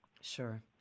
sure